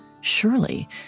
Surely